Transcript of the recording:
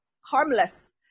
harmless